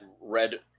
red